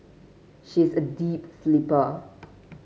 she is a deep sleeper